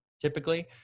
typically